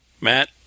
Matt